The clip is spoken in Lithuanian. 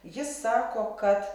jis sako kad